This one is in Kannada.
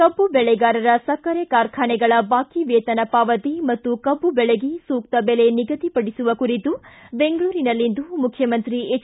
ಕಬ್ಬು ಬೆಳೆಗಾರರ ಸಕ್ಕರೆ ಕಾರ್ಖಾನೆಗಳ ಬಾಕಿ ವೇತನ ಪಾವತಿ ಮತ್ತು ಕಬ್ಬು ಬೆಳೆಗೆ ಸೂಕ್ತ ಬೆಲೆ ನಿಗದಿಪಡಿಸುವ ಕುರಿತು ಬೆಂಗಳೂರಿನಲ್ಲಿಂದು ಮುಖ್ಯಮಂತ್ರಿ ಎಚ್